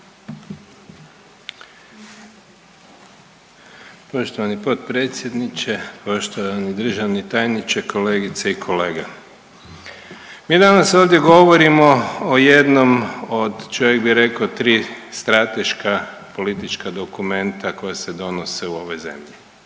Poštovani potpredsjedniče, poštovani državni tajniče, kolegice i kolege. Mi danas ovdje govorimo o jednom od čovjek bi rekao tri strateška politička dokumenta koja se donose u ovoj zemlji,